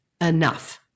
enough